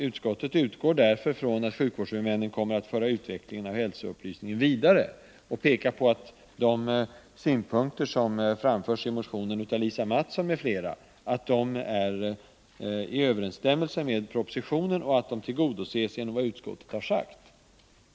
Utskottet utgår därför från att sjukvårdshuvudmännen kommer att föra utvecklingen av hälsoupplysningen vidare och pekar på att de synpunkter som framförs i motionen av Lisa Mattson m.fl. står i överensstämmelse med propositionen och tillgodoses genom vad utskottet har sagt.